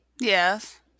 Yes